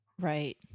Right